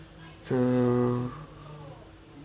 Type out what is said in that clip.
the